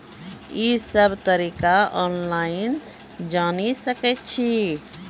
ई सब तरीका ऑनलाइन जानि सकैत छी?